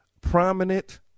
prominent